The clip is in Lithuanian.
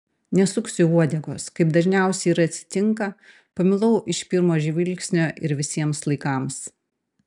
nesuksiu uodegos kaip dažniausiai ir atsitinka pamilau iš pirmo žvilgsnio ir visiems laikams